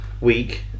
week